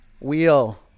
Wheel